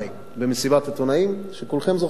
במסיבת עיתונאים שכולכם זוכרים אותה.